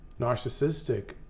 narcissistic